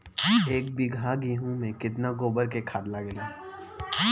एक बीगहा गेहूं में केतना गोबर के खाद लागेला?